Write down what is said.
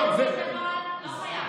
אדוני היושב-ראש, בדקתי את הנוהל.